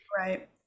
Right